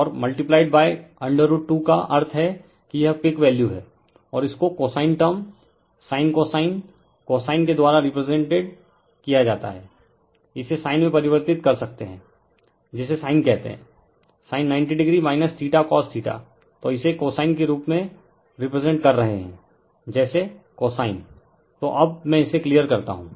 और मल्टीप्लाईड√2 का अर्थ है कि यह पीक वैल्यू है और इसको Cosine term sin cosine cosine के द्वारा रिप्रेसेनटेड किया जाता है इसे sin में परिवर्तित कर सकते है जिसे sin कहते हैं Sin 90 o cos तो इसे cosine रूप में रिप्रेसेन्ट कर रहे हैं जैसे cosine रिफर टाइम 0508 तो अब मैं इसे क्लियर करता हूँ